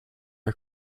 are